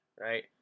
right